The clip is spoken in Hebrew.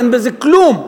אין בזה כלום,